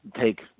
take